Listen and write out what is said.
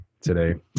today